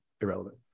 irrelevant